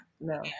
No